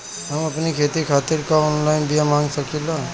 हम आपन खेती खातिर का ऑनलाइन बिया मँगा सकिला?